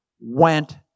went